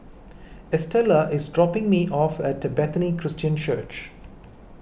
Estella is dropping me off at Bethany Christian Church